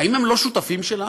האם הם לא שותפים שלנו?